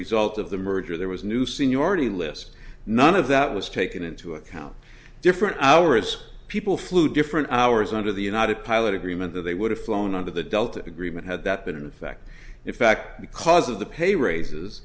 result of the merger there was new seniority list none of that was taken into account different hours people flew different hours under the united pilot agreement that they would have flown under the delta agreement had that been in effect in fact because of the pay raises